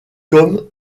comme